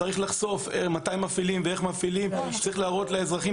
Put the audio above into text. צריך לחשוף מתי מפעילים ואיך מפעילים וצריך להראות לאזרחים